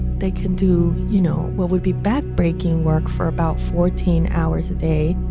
they could do, you know, what would be backbreaking work for about fourteen hours a day,